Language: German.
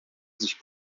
sich